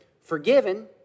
forgiven